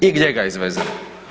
I gdje ga izvezemo.